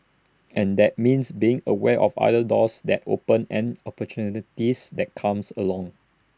and that means being aware of other doors that open and opportunities that comes along